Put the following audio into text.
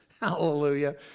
hallelujah